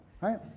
right